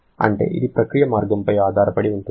అంటే ఇది ప్రక్రియ మార్గంపై ఆధారపడి ఉంటుంది